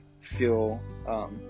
feel